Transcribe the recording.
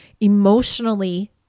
emotionally